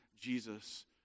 Jesus